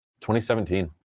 2017